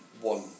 one